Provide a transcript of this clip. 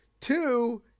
Two